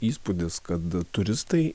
įspūdis kad turistai